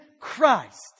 Christ